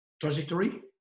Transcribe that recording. trajectory